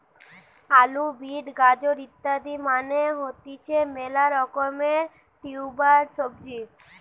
আলু, বিট, গাজর ইত্যাদি মানে হতিছে মেলা রকমের টিউবার সবজি